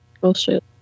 Bullshit